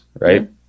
right